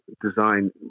design